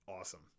awesome